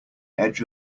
edge